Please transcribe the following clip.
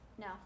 No